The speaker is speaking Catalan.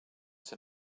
ser